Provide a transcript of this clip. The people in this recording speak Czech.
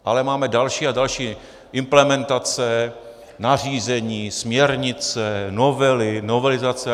Ale máme další a další implementace, nařízení, směrnice, novely, novelizace.